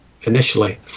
initially